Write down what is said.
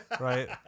Right